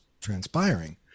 transpiring